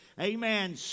amen